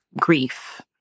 grief